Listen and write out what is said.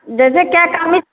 जैसे क्या कमी